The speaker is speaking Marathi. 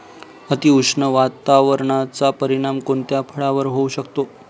अतिउष्ण वातावरणाचा परिणाम कोणत्या फळावर होऊ शकतो?